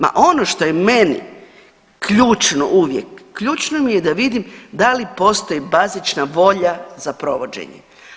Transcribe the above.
Ma ono što je meni ključno uvijek, ključno mi je da vidim da li postoji bazična volja za provođenjem.